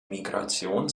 migration